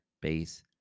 base